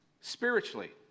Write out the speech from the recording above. Spiritually